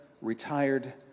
retired